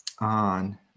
on